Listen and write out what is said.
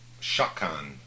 shakan